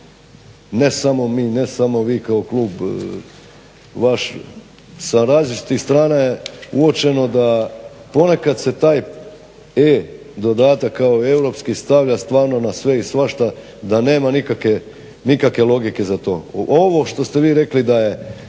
ne samo mi ne samo vi kao klub vaš sa različitih strana je uočeno da ponekad se taj E dodatak kao europski stavlja na sve i svašta da nema nikakve logike za to. Ovo što ste vi rekli da